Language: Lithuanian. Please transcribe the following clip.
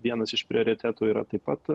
vienas iš prioritetų yra taip pat